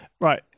Right